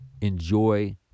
enjoy